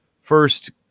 first